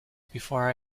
before